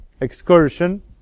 excursion